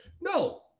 no